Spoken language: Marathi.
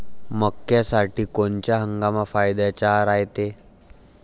मक्क्यासाठी कोनचा हंगाम फायद्याचा रायते?